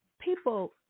people